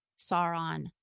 Sauron